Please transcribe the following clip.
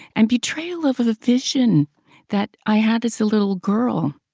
and betrayal over the vision that i had as a little girl.